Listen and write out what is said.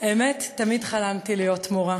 האמת, תמיד חלמתי להיות מורה,